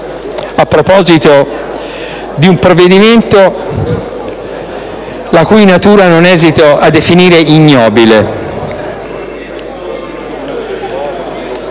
a proposito di un provvedimento la cui natura non esito a definire ignobile.